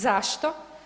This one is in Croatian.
Zašto?